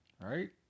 right